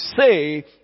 say